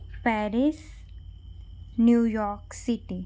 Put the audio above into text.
Paris New York city